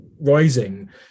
rising